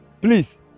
please